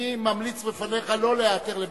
אני ממליץ בפניך לא להיעתר לבקשתם.